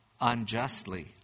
unjustly